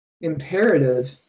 imperative